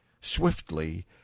swiftly